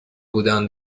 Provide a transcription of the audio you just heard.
بودن